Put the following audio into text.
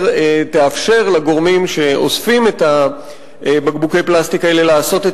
תאפשר לגורמים שאוספים את בקבוקי הפלסטיק האלה לעשות את